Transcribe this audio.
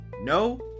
no